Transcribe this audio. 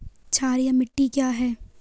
क्षारीय मिट्टी क्या है?